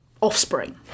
offspring